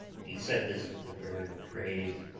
he said this with a very grave,